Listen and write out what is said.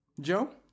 Joe